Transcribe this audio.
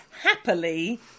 happily